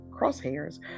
crosshairs